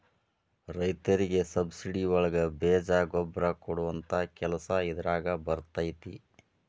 ರೈತರಿಗೆ ಸಬ್ಸಿಡಿ ಒಳಗೆ ಬೇಜ ಗೊಬ್ಬರ ಕೊಡುವಂತಹ ಕೆಲಸ ಇದಾರಗ ಬರತೈತಿ